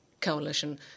coalition